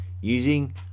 using